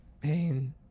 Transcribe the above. Pain